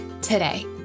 today